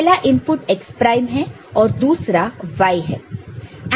पहला input x prime है और दूसरा y है